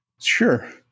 Sure